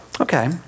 Okay